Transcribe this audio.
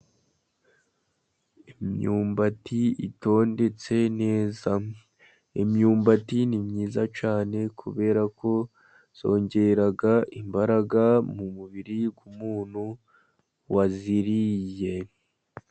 Imyumbati itondetse neza, imyumbati ni myiza cyane kubera ko yongera imbaraga mu mubiri w'umuntu wayiriye.